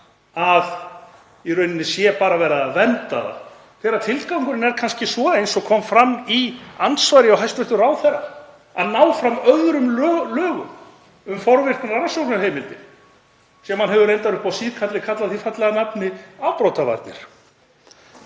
að í rauninni sé bara verið að vernda það, þegar tilgangurinn er kannski sá, eins og kom fram í andsvari hjá hæstv. ráðherra, að ná fram öðrum lögum um forvirkar rannsóknarheimildir — sem hann hefur reyndar upp á síðkastið kallað því fallega nafni: Afbrotavarnir.